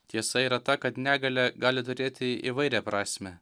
tiesa yra ta kad negalia gali turėti įvairią prasmę